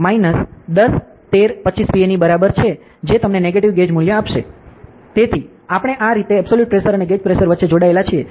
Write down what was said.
તેથી આ 90538 Pa - 101325 Pa ની બરાબર છે જે તમને નેગેટીવ ગેજ મૂલ્ય આપશે તેથી આપણે આ રીતે એબ્સોલૂટ પ્રેશર અને ગેજ પ્રેશર વચ્ચે જોડાયેલા છીએ